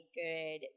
good